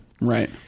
Right